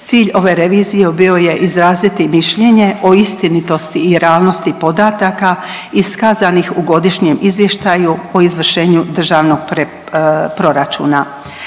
Cilj ove revizije bio je izraziti mišljenje o istinitosti i realnosti podataka iskazanih u godišnjem izvještaju po izvršenju Državnog proračuna.